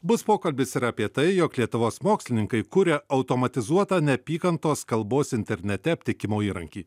bus pokalbis ir apie tai jog lietuvos mokslininkai kuria automatizuotą neapykantos kalbos internete aptikimo įrankį